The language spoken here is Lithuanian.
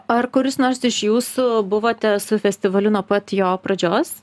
ar kuris nors iš jūsų buvote su festivaliu nuo pat jo pradžios